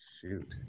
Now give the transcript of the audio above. Shoot